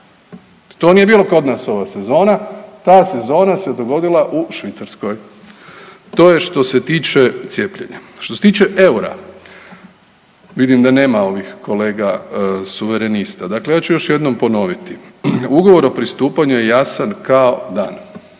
To nije bilo kod nas ova sezona. Ta sezona se dogodila u Švicarskoj. To je što se tiče cijepljenja. Što se tiče eura vidim da nema kolega Suverenista. Dakle, ja ću još jednom ponoviti. Ugovor o pristupanju je jasan kao dan,